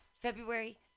February